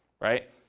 Right